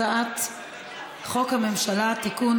הצעת חוק הממשלה (תיקון,